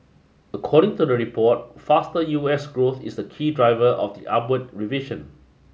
according to the report faster U S growth is the key driver of the upward revision